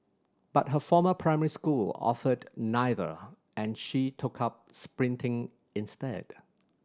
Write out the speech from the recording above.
but her former primary school offered neither and she took up sprinting instead